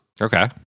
Okay